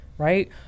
Right